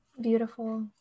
Beautiful